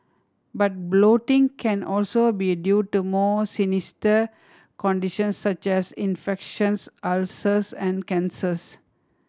but bloating can also be due to more sinister conditions such as infections ulcers and cancers